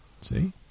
See